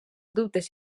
dubtes